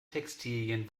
textilien